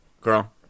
Girl